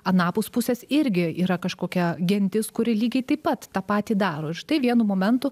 anapus pusės irgi yra kažkokia gentis kuri lygiai taip pat tą patį daro ir štai vienu momentu